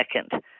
second